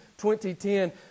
2010